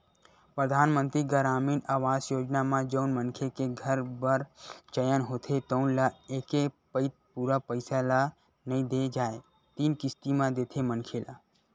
परधानमंतरी गरामीन आवास योजना म जउन मनखे के घर बर चयन होथे तउन ल एके पइत पूरा पइसा ल नइ दे जाए तीन किस्ती म देथे मनखे ल